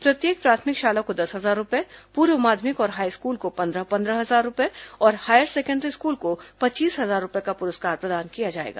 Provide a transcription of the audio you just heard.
प्रत्येक प्राथमिक शाला को दस हजार रूपए पूर्व माध्यमिक और हाईस्कूल को पंद्रह पंद्रह हजार और हायर सेकेण्डरी स्कूल को पच्चीस हजार रूपए का पुरस्कार प्रदान किया जाएगा